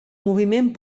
moviment